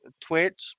Twitch